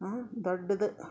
ಆ ದೊಡ್ಡದ